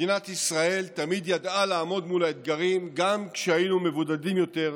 מדינת ישראל תמיד ידעה לעמוד מול האתגרים גם כשהיינו מבודדים יותר,